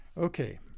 Okay